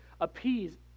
appease